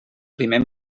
primer